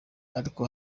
ariko